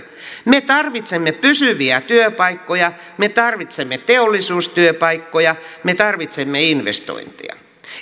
me tarvitsemme pysyviä työpaikkoja me tarvitsemme teollisuustyöpaikkoja me tarvitsemme investointeja